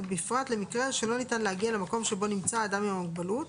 בפרט למקרה שלא ניתן להגיע למקום שבו נמצא האדם עם המוגבלות,